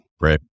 Right